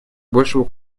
большего